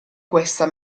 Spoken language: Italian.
questa